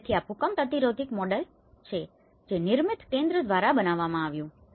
તેથી આ ભૂકંપ પ્રતિરોધક મોડેલ છે જે નિર્મિથિ કેન્દ્ર દ્વારા બનાવવામાં આવ્યું છે